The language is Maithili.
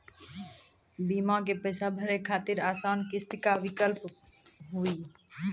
बीमा के पैसा भरे खातिर आसान किस्त के का विकल्प हुई?